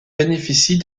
bénéficie